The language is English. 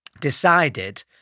decided